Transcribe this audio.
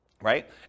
right